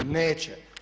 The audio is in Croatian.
Neće.